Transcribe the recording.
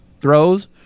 throws